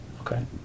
Okay